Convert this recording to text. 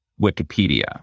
Wikipedia